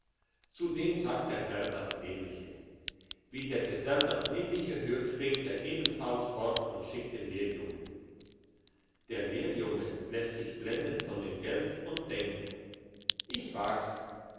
zu dem sagt der herr das nämliche wie der gesell das nämliche hört springt er ebenfalls fort und schickt den lehrjungen der lehrjunge lässt sich blenden von dem geld und denkt ich wag's